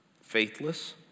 faithless